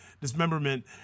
dismemberment